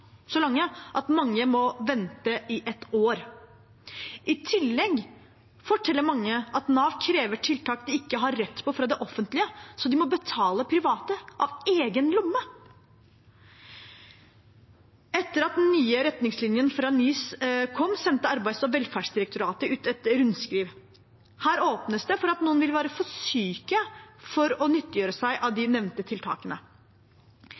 lange at mange må vente i ett år. I tillegg forteller mange at Nav krever tiltak de ikke har rett på fra det offentlige, så de må betale private av egen lomme. Etter at de nye retningslinjene fra NICE kom, sendte Arbeids- og velferdsdirektoratet ut et rundskriv. Her åpnes det for at noen vil være for syke til å nyttiggjøre seg de nevnte tiltakene.